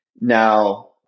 Now